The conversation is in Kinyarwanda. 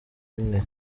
rimwe